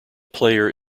player